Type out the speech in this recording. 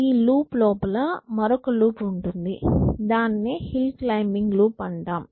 ఈ లూప్ లోపల మరొక లూప్ ఉంటుంది దానిని హిల్ క్లైమ్బింగ్ లూప్ అంటాం